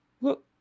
Look